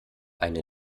eine